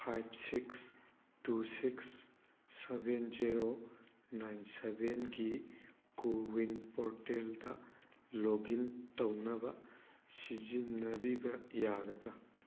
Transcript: five six two six seven zero nine seven ꯒꯤ CoWIN ꯄꯣꯔꯇꯦꯜꯗ log in ꯇꯧꯅꯕ ꯁꯤꯖꯤꯟꯅꯕꯤꯕ ꯌꯥꯒꯗ꯭ꯔꯥ